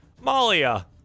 Malia